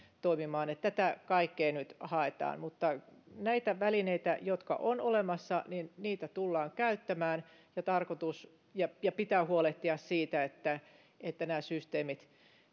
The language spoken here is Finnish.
toimimaan tätä kaikkea nyt haetaan mutta näitä välineitä jotka ovat olemassa tullaan käyttämään ja ja pitää huolehtia siitä että että nämä systeemit